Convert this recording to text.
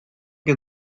que